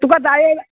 तुका जाय